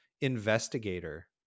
investigator